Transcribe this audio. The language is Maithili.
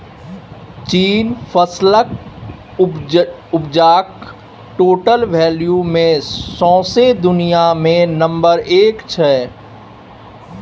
चीन फसलक उपजाक टोटल वैल्यू मे सौंसे दुनियाँ मे नंबर एक छै